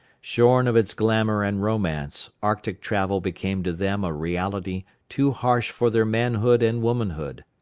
shorn of its glamour and romance, arctic travel became to them a reality too harsh for their manhood and womanhood.